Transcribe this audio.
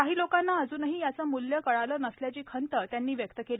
काही लोकांना अजूनही याचं मूल्य कळालं नसल्याची खंत त्यांनी व्यक्त केली